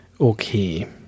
Okay